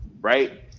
right